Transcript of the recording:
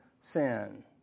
sin